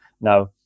Now